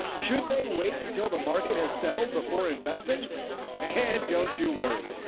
should they wait until the market has settled before investing and don't you worry,